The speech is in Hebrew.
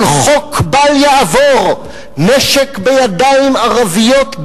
אבל חוק בל יעבור: נשק בידיים ערביות,